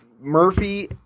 Murphy –